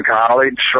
college